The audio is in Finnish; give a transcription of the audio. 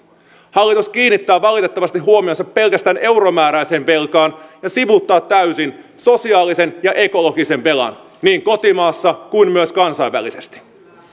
hallitus kiinnittää valitettavasti huomionsa pelkästään euromääräiseen velkaan ja sivuuttaa täysin sosiaalisen ja ekologisen velan niin kotimaassa kuin myös kansainvälisesti